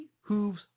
Hooves